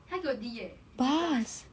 他给我 D eh D plus